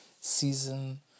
season